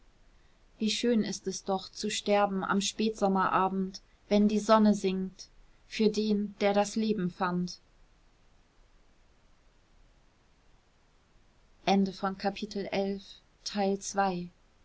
wie schön ist es doch zu sterben am spätsommerabend wenn die sonne sinkt für den der das leben fand